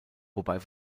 wobei